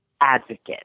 advocate